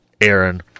Aaron